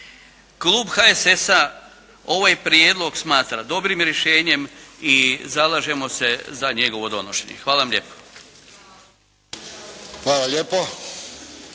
Klub HSS-a ovaj prijedlog smatra dobrim rješenjem i zalažemo se za njegovo donošenje. Hvala vam lijepa. **Friščić,